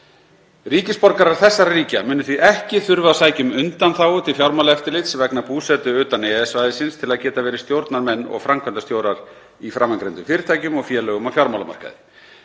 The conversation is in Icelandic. Ríkisborgarar þessara ríkja munu því ekki þurfa að sækja um undanþágu til fjármálaeftirlits vegna búsetu utan EES-svæðisins til að geta verið stjórnarmenn og framkvæmdastjórar í framangreindum fyrirtækjum og félögum á fjármálamarkaði.